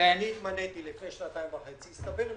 כשהתמניתי לפני שנתיים וחצי הסתבר לי,